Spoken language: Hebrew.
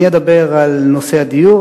אני אדבר על נושא הדיור,